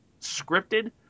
scripted